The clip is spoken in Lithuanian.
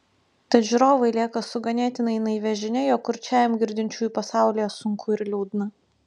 tad žiūrovai lieka su ganėtinai naivia žinia jog kurčiajam girdinčiųjų pasaulyje sunku ir liūdna